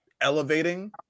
elevating